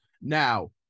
Now